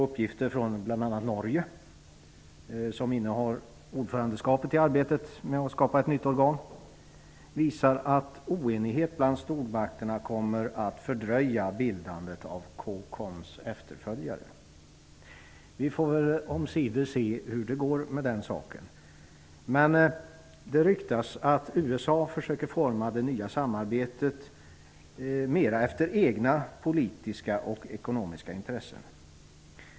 Uppgifter från bl.a. Norge, som innehar ordförandeskapet i arbetet med att skapa ett nytt organ, visar att oenighet bland stormakterna kommer att fördröja bildandet av COCOM:s efterföljare. Vi får omsider se hur det går med den saken. Men det ryktas att USA försöker forma det nya samarbetet mer efter egna politiska och ekonomiska intressen.